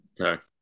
Okay